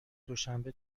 دوشنبه